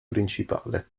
principale